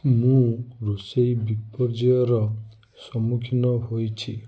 ମୁଁ ରୋଷେଇ ବିପର୍ଜୟ ର ସମ୍ମୁଖୀନ ହୋଇଛି